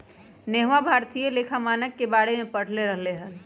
नेहवा भारतीय लेखा मानक के बारे में पढ़ रहले हल